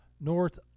north